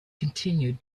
continued